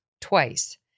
twice